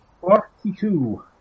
Forty-two